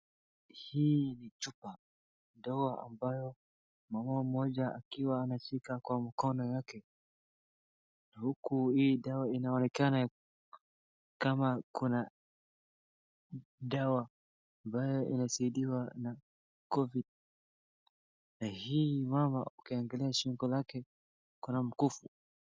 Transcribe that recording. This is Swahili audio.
Hii ni chupa. Dawa ambayo mwanaume mmoja akiwa nashika wka mkono yake na huku hii dawa inaonekana kama kuna dawa ambayo inasaidiwa na covid na hii mama ukiangalia shingo lake kuna mkufu.